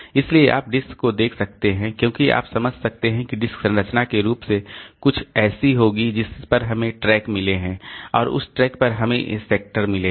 इसलिए आप डिस्क को देख सकते हैं क्योंकि आप समझ सकते हैं कि डिस्क संरचनात्मक रूप से कुछ ऐसी होगी जिस पर हमें ट्रैक मिले हैं और उस ट्रैक पर हमें ये सेक्टर मिले हैं